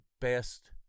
best